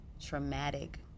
traumatic